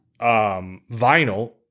vinyl